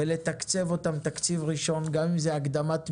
ולתקצב אותן תקציב ראשון, גם אם זה הקדמת מימון,